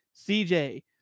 CJ